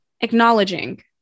Acknowledging